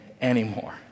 anymore